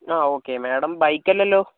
ആ okay madam bike അല്ലല്ലോ